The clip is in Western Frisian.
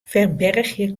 ferbergje